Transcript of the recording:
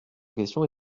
question